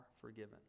forgiven